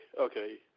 okay